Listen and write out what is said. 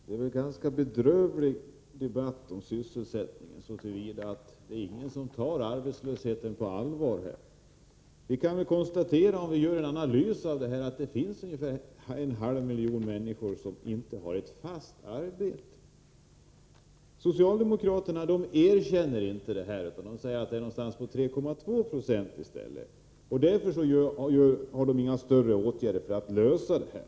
Herr talman! Det är en ganska bedrövlig debatt om sysselsättningen så till vida att ingen tar arbetslösheten på allvar. Om vi gör en analys kan vi konstatera att det finns ungefär en halv miljon människor som inte har ett fast arbete. Socialdemokraterna erkänner inte detta utan säger att arbetslösheten ligger på 3,2 20. Därför vidtar de inga mer omfattande åtgärder för att lösa problemet.